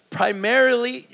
primarily